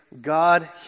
God